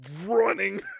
running